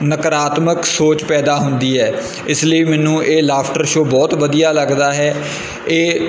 ਨਕਾਰਾਤਮਕ ਸੋਚ ਪੈਦਾ ਹੁੰਦੀ ਹੈ ਇਸ ਲਈ ਮੈਨੂੰ ਇਹ ਲਾਫਟਰ ਸ਼ੋਅ ਬਹੁਤ ਵਧੀਆ ਲੱਗਦਾ ਹੈ ਇਹ